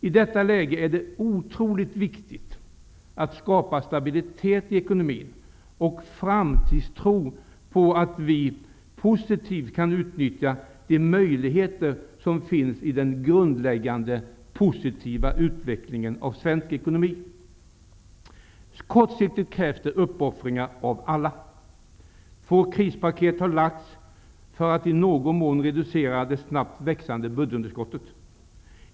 I detta läge är det otroligt viktigt att skapa stabilitet i ekonomin och framtidstro på att vi positivt kan utnyttja de möjligheter som finns i den grundläggande positiva utvecklingen av svensk ekonomi. Kortsiktigt krävs det uppoffringar av alla. Två krispaket har lagts fram för att i någon mån reducera det snabbt växande budgetunderskottet.